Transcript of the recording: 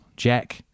Jack